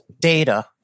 data